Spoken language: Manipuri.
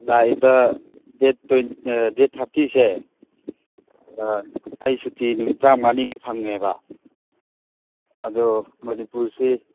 ꯂꯥꯛꯏꯕ ꯗꯦꯠ ꯊꯥꯔꯇꯤꯁꯦ ꯑꯩ ꯁꯨꯇꯤ ꯅꯨꯃꯤꯠ ꯇꯔꯥꯃꯉꯥꯒꯤ ꯐꯪꯉꯦꯕ ꯑꯗꯨ ꯃꯅꯤꯄꯨꯔꯁꯤ